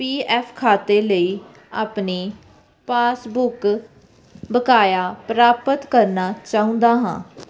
ਪੀ F ਖਾਤੇ ਲਈ ਆਪਣੀ ਪਾਸਬੁੱਕ ਬਕਾਇਆ ਪ੍ਰਾਪਤ ਕਰਨਾ ਚਾਹੁੰਦਾ ਹਾਂ